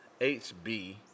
HB